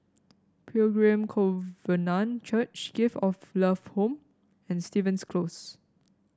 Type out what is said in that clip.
Pilgrim Covenant Church Gift of Love Home and Stevens Close